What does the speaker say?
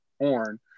horn